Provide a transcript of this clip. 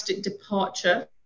departure